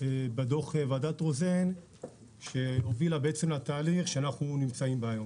בדוח ועדת רוזן שהובילה לתהליך שאנחנו נמצאים בו היום.